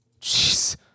Jeez